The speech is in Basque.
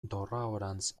dorraorantz